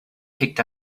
picked